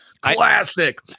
Classic